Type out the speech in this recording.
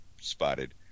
spotted